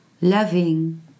loving